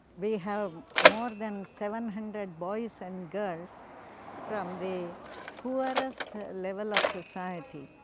we have more than seven hundred boys and girls from the poorest level of society,